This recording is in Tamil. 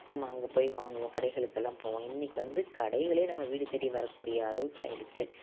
நம்ம அங்கே போய் வாங்குவோம் கடைகளுக்கெல்லாம் போவோம் இன்றைக்கு வந்து கடைகளே நம்ம வீடு தேடி வர கூடிய அளவுக்கு ஆகிடுச்சு